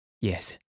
yes